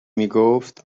میگفت